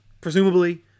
presumably